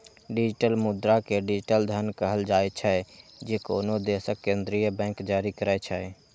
digital मुद्रा कें digital धन कहल जाइ छै, जे कोनो देशक केंद्रीय बैंक जारी करै छै